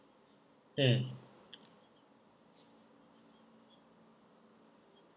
mm